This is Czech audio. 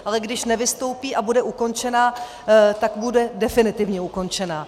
Ale když nevystoupí a bude ukončena, tak bude definitivně ukončena.